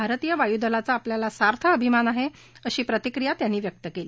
भारतीय वायुदलाचा आपल्याला सार्थ अभिमान आहे अशी प्रतिक्रिया त्यांनी व्यक्त केली